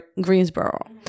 Greensboro